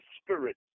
Spirit